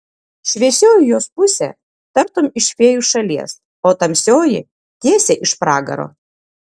šviesioji jos pusė tartum iš fėjų šalies o tamsioji tiesiai iš pragaro